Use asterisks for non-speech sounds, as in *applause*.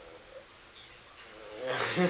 *laughs*